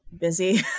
busy